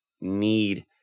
need